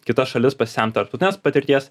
kitas šalis pasisemt tarptautinės patirties